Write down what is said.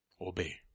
Obey